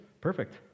perfect